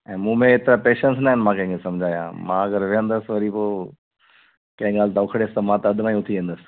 ऐं मूं में एतिरा पेशेंस न आहिनि मां कंहिंखे सम्झायां मां अगरि वेहंदुसि वरी पोइ कंहिं ॻाल्हि था उखड़ियसि त मां त अधि मां ई उथी वेंदुसि